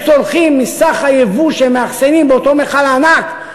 הם צורכים מסך היבוא שהם מאחסנים באותו מכל ענק,